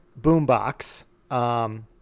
boombox